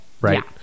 right